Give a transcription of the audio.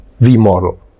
v-model